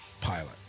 pilot